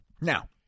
Now